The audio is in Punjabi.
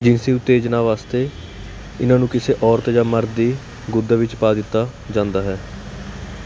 ਜਿਨਸੀ ਉਤੇਜਨਾ ਵਾਸਤੇ ਇਹਨਾਂ ਨੂੰ ਕਿਸੇ ਔਰਤ ਜਾਂ ਮਰਦ ਦੀ ਗੁਰਦੇ ਵਿੱਚ ਪਾ ਦਿੱਤਾ ਜਾਂਦਾ ਹੈ